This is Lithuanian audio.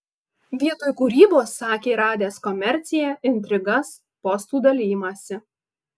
vietoj kūrybos sakė radęs komerciją intrigas postų dalijimąsi